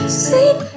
sleep